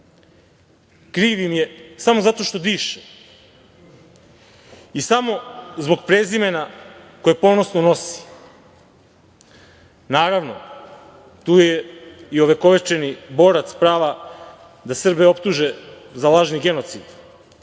kriv im je samo zato što diše i samo zbog prezimena koje ponosno nosi. Naravno, tu je i ovekovečeni borac prava da Srbe optuže za lažni genocid,